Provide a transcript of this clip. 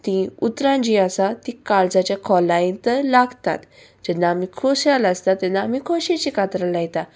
तीं उतरां जीं आसा ती काळजाच्या खोलाय तर लागतात जेन्ना आमी खोशयाल आसता तेन्ना आमी खोशयचीं कातरां लायता